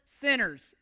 sinners